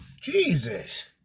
Jesus